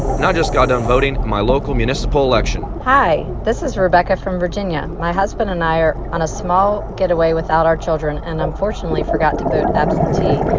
and i just got done voting in my local municipal election hi. this is rebecca from virginia. my husband and i are on a small getaway without our children and unfortunately forgot to vote absentee,